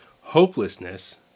Hopelessness